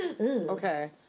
Okay